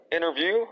Interview